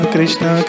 Krishna